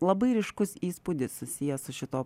labai ryškus įspūdis susijęs su šituo